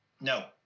No